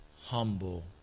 humble